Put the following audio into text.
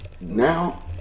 Now